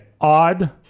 odd